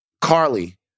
Carly